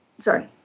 sorry